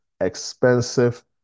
expensive